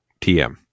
TM